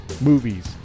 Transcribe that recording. movies